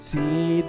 See